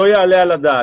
לא יעלה על הדעת.